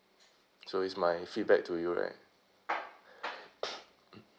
so is my feedback to you right mm